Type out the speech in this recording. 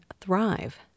thrive